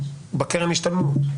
בקרן השתלמות?